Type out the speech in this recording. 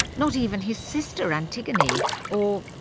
not even his sister antigone or,